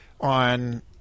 on